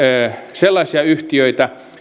sellaisia yhtiöitä